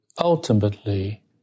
ultimately